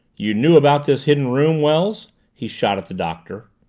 you knew about this hidden room, wells? he shot at the doctor.